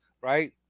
right